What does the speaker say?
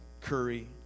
Curry